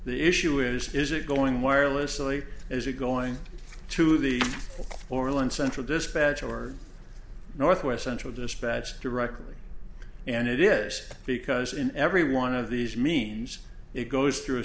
the issue is is it going wirelessly is it going to the orlan central dispatch or northwest central dispatch directly and it is because in every one of these means it goes through a